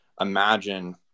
imagine